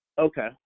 Okay